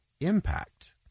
impact